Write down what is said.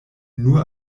nur